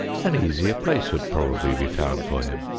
an easier place would probably be found for him.